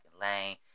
lane